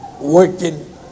working